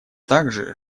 также